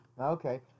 Okay